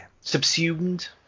subsumed